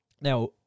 Now